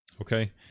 Okay